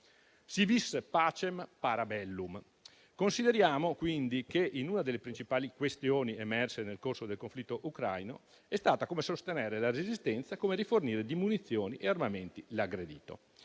«*si vis pacem, para bellum*». Consideriamo infatti che una delle principali questioni emerse nel corso del conflitto ucraino è stata come sostenere la resistenza e come rifornire di munizioni e armamenti l'aggredito.